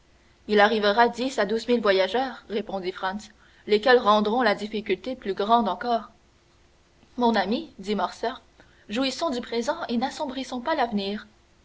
il arrivera dix à douze mille voyageurs répondit franz lesquels rendront la difficulté plus grande encore mon ami dit morcerf jouissons du présent et n'assombrissons pas l'avenir